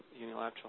unilateral